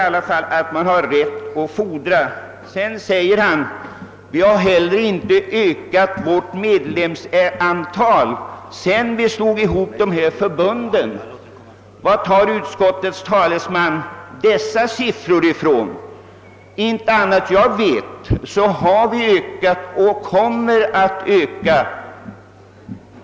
Jag tycker att man har rätt att fordra en förklaring på detta. Utskottets talesman har också sagt att medlemsantalet inte ökat sedan de båda förbunden slogs ihop. Varifrån tar utskottets talesman dessa siffror? Inte annat än jag vet har vi ökat och kommer att öka.